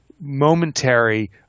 momentary